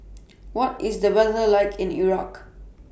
What IS The weather like in Iraq